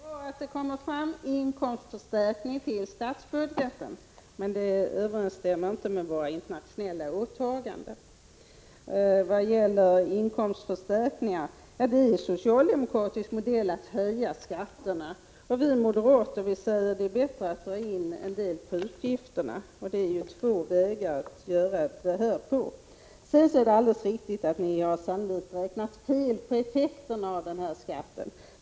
Herr talman! Det är bra att vi får inkomstförstärkningar vad gäller statsbudgeten. Men denna skatt överensstämmer inte med våra internationella åtaganden när det gäller inkomstförstärkningar. Det är socialdemokratisk modell att höja skatter. Vi moderater säger att det är bättre att dra in en del på utgifterna. — Det finns alltså två vägar att förbättra ekonomin. Ni har sannolikt räknat fel när det gäller effekterna av den här skatten.